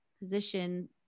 position